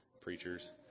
preachers